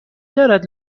دارد